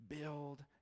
build